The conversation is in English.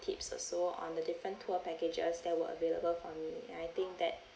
tips also on the different tour packages that were available for me and I think that